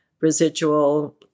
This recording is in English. residual